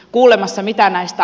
kuulemma se mitä näistä